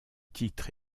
titre